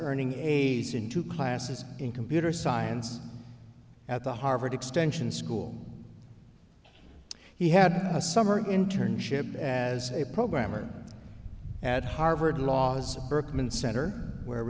earning eighty s in two classes in computer science at the harvard extension school he had a summer internship as a programmer at harvard law as berkman center where